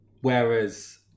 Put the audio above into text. Whereas